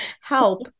Help